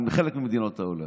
עם חלק ממדינות העולם.